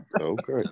Okay